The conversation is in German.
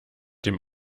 dem